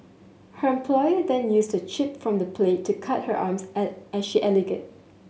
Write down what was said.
her employer then used a chip from the plate to cut her arms I I she alleged